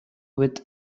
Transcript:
with